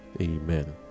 amen